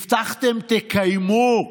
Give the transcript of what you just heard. הבטחתם, תקיימו.